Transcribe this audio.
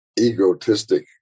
egotistic